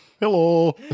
Hello